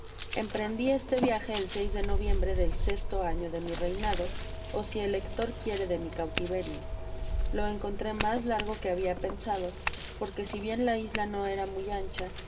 emprendi este viaje en de noviembre del sesto afio de mi reinado ó si el lector quiere de mi cautiverio lo en contré mas largo que habia pensado porque si bien la isla no era muy ancha